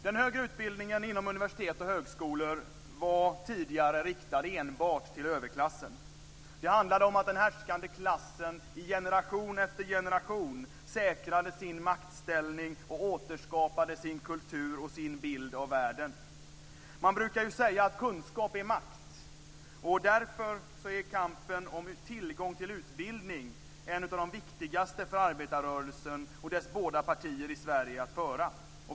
Den högre utbildningen inom universitet och högskolor var tidigare riktad enbart till överklassen. Det handlade om att den härskande klassen i generation efter generation säkrade sin maktställning och återskapade sin kultur och sin bild av världen. Man brukar ju säga att kunskap är makt, och därför är kampen om tillgång till utbildning en av de viktigaste för arbetarrörelsen och dess båda partier i Sverige att föra.